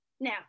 Now